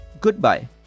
goodbye